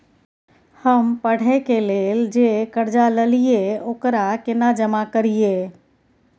हम पढ़े के लेल जे कर्जा ललिये ओकरा केना जमा करिए?